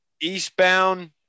eastbound